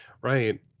Right